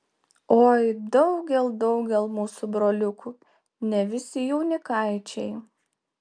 oi daugel daugel mūsų broliukų ne visi jaunikaičiai